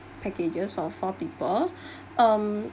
packages for four people um